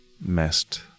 messed